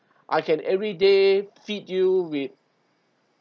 I can everyday feed you with